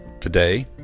Today